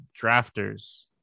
drafters